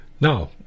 Now